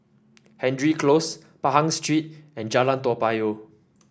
Hendry Close Pahang Street and Jalan Toa Payoh